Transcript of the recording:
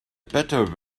better